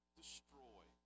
destroy